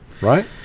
right